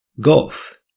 golf